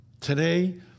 Today